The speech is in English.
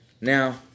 Now